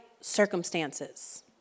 circumstances